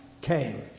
came